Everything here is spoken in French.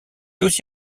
aussi